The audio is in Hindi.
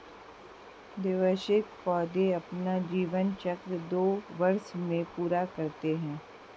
द्विवार्षिक पौधे अपना जीवन चक्र दो वर्ष में पूरा करते है